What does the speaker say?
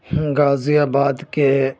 غازی آباد کے